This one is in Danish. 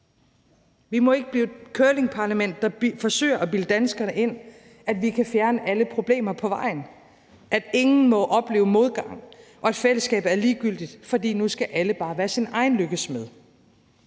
Vi må ikke blive et curlingparlament, der forsøger at bilde danskerne ind, at vi kan fjerne alle problemer på vejen, at ingen må opleve modgang, og at fællesskabet er ligegyldigt, fordi alle nu bare skal være deres egen lykkes smed.